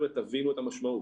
תבינו את המשמעות